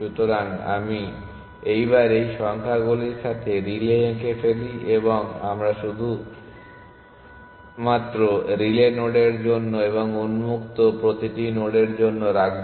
সুতরাং আমি এইবার এই সংখ্যাগুলির সাথে রিলে এঁকে ফেলি এবং আমরা এটি শুধুমাত্র রিলে নোডের জন্য এবং উন্মুক্ত প্রতিটি নোডের জন্য রাখব